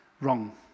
wrong